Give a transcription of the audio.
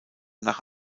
nach